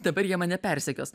dabar jie mane persekios